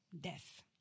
death